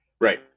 Right